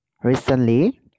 recently